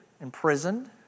imprisoned